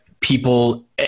people